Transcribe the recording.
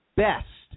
best